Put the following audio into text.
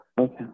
Okay